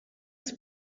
des